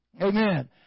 Amen